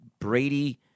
Brady